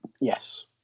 Yes